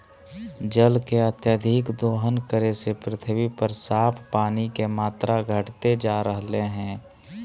जल के अत्यधिक दोहन करे से पृथ्वी पर साफ पानी के मात्रा घटते जा रहलय हें